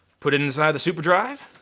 put it inside the superdrive.